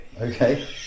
Okay